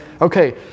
Okay